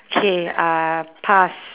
K uh pass